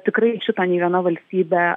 tikrai šito nei viena valstybė